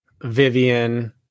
Vivian